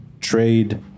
trade